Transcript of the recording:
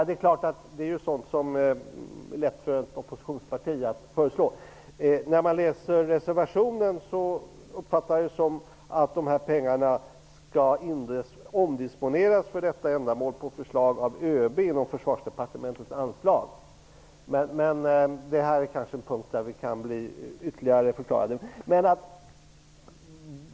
Det är något som är lätt för ett oppositionsparti att föreslå. Men när jag läser reservationen uppfattar jag det som att pengarna för detta ändamål skall omdisponeras inom Försvarsdepartementets anslag på förslag av ÖB. Men på denna punkt kanske vi kan få en ytterligare förklaring.